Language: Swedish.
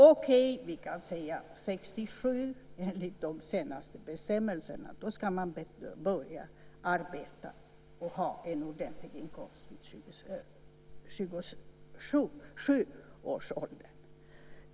Okej, om vi säger 67, enligt de senaste bestämmelserna, ska man börja arbeta och ha en ordentlig inkomst vid 27 års ålder.